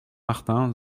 martin